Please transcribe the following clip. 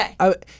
Okay